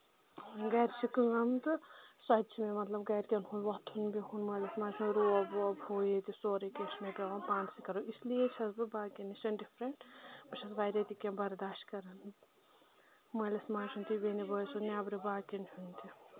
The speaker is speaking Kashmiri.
گرِ چھِ کٲم تہٕ سۄ تہِ چھِ مےٚ مطلب گَرِکؠن ہُنٛد وۄتھُن بِہُن مٲلِس منٛز چھُنہٕ روب ووب ہُہ یہِ تہِ سورُے کینٛہہ چھُ مےٚ پؠوان پانہٕ سٕے کَرُن اس لیے چھس بہٕ باقین نِشن ڈِفرنٛٹ بہٕ چھَس واریاہ تہِ کینٛہہ برداشت کران مٲلِس ماجہِ ہُند تہِ بیٚنہِ بٲے سُند تہِ نؠبرٕ باقین ہُنٛد تہِ